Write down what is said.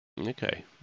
Okay